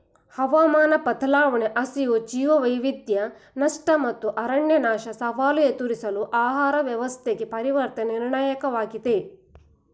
ಹವಾಮಾನ ಬದಲಾವಣೆ ಹಸಿವು ಜೀವವೈವಿಧ್ಯ ನಷ್ಟ ಮತ್ತು ಅರಣ್ಯನಾಶ ಸವಾಲು ಎದುರಿಸಲು ಆಹಾರ ವ್ಯವಸ್ಥೆಗೆ ಪರಿವರ್ತನೆ ನಿರ್ಣಾಯಕವಾಗಿದೆ